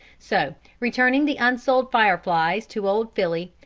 so, returning the unsold fire-flies to old fily,